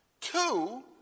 Two